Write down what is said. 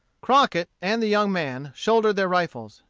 crockett and the young man shouldered their rifles.